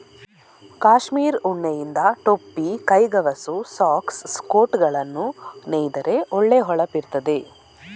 ಕಾಶ್ಮೀರ್ ಉಣ್ಣೆಯಿಂದ ಟೊಪ್ಪಿ, ಕೈಗವಸು, ಸಾಕ್ಸ್, ಕೋಟುಗಳನ್ನ ನೇಯ್ದರೆ ಒಳ್ಳೆ ಹೊಳಪಿರ್ತದೆ